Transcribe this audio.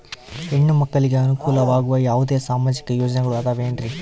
ಹೆಣ್ಣು ಮಕ್ಕಳಿಗೆ ಅನುಕೂಲವಾಗುವ ಯಾವುದೇ ಸಾಮಾಜಿಕ ಯೋಜನೆಗಳು ಅದವೇನ್ರಿ?